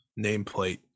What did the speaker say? nameplate